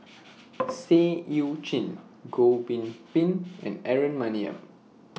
Seah EU Chin Goh Bin Bin and Aaron Maniam